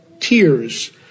tears